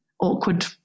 awkward